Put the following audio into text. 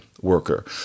worker